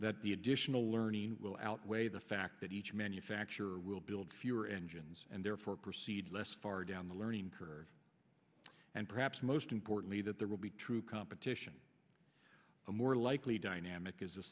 that the additional learning will outweigh the fact that each manufacturer will build fewer engines and therefore proceed less far down the learning curve and perhaps most importantly that there will be true competition the more likely dynamic is a